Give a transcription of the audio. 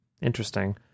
interesting